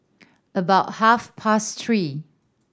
about half past three